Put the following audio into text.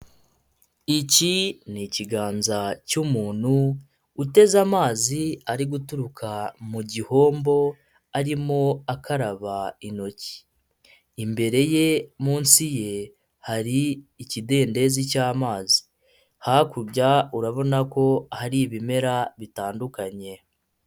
Iki ni ikiganza cy'umuntu uteze amazi ari guturuka mu gihombo, arimo akaba intoki. Imbere ye, munsi ye, hari ikidendezi cy'amazi. Hakurya urabona ko hari ibimera bitandukanye.